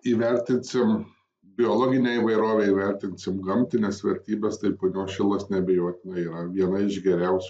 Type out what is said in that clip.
įvertinsim biologinę įvairovę įvertinsim gamtines vertybes punios šilas neabejotinai yra viena iš geriausių